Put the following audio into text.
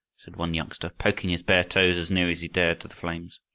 said one youngster, poking his bare toes as near as he dared to the flames.